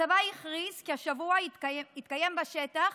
הצבא הכריז כי השבוע יתקיימו בשטח